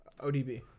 ODB